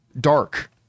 dark